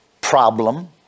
problem